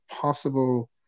possible